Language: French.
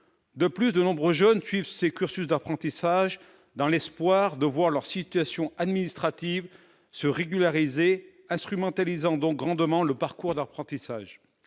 De plus, de nombreux jeunes suivent ces cursus d'apprentissage dans l'espoir de voir leur situation administrative se régulariser, instrumentalisant donc grandement le parcours d'apprentissage.